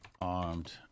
armed